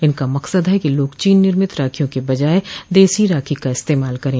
इनका मकसद है कि लोग चीन निर्मित राखियों के बजाय देसी राखी का इस्तेमाल करें